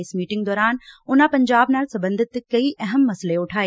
ਇਸ ਮੀਟਿੰਗ ਦੌਰਾਨ ਉਨਾਂ ਪੰਜਾਬ ਨਾਲ ਸਬੰਧਤ ਕਈ ਅਹਿਮ ਮਸਲੇ ਉਠਾਏ